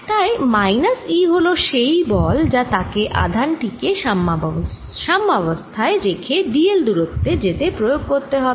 তাই minus E হল সেই বল যা তাকে আধানটি কে সাম্যাবস্থায় রেখে d l দুরত্ব যেতে প্রয়োগ করতে হবে